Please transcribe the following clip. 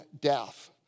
death